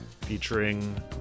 featuring